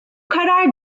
karar